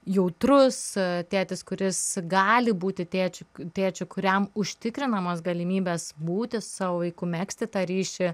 jautrus tėtis kuris gali būti tėčiu tėčiu kuriam užtikrinamos galimybės būti su savo vaiku megzti tą ryšį